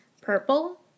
purple